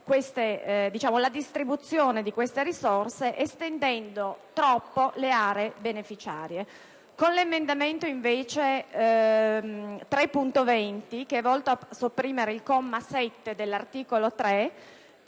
la distribuzione delle risorse, estendendo troppo le aree beneficiarie. L'emendamento 3.20 è volto a sopprimere il comma 7 dell'articolo 3,